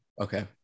Okay